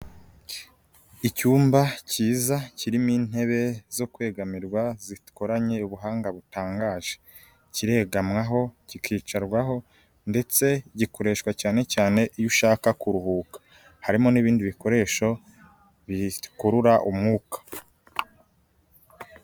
Icyumba cyiza kirimo intebe zo kwegamirwa, zikoranye ubuhanga butangaje. Kiregamwaho, kikicarwaho ndetse gikoreshwa cyane cyane iyo ushaka kuruhuka. Harimo n'ibindi bikoresho bikurura umwuka.